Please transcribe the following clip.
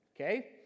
Okay